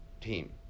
Team